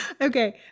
Okay